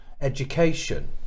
education